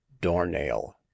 doornail